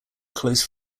close